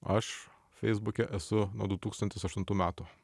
aš feisbuke esu nuo du tūkstantis aštuntų metų